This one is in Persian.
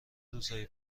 روزهایی